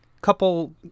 couple